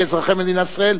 כאזרחי מדינת ישראל,